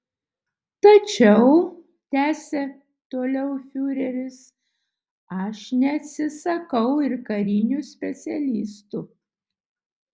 tačiau tęsė toliau fiureris aš neatsisakau ir karinių specialistų